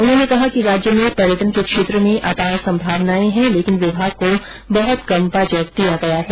उन्होंने कहा कि राज्य में पर्यटन के क्षेत्र में अपार संभावनाएं हैं लेकिन विभाग को बहुत कम बजट दिया गया है